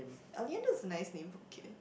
Oleander is a nice name for kid